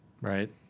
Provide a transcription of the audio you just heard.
Right